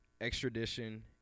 extradition